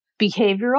behavioral